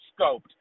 scoped